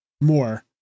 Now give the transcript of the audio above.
more